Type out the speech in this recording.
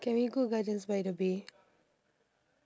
can we go gardens by the bay